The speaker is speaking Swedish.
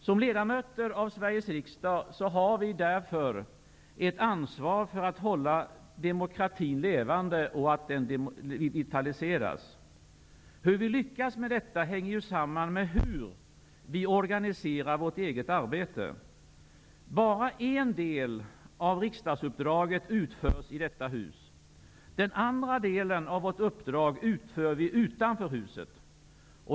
Som ledamöter av Sveriges riksdag har vi ett ansvar för att demokratin hålls levande och vitaliseras. Hur vi lyckas med detta hänger ju samman med hur vi organiserar vårt eget arbete. Bara en del av riksdagsuppdraget utförs i detta hus. Den andra delen av vårt uppdrag utför vi utanför huset.